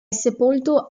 sepolto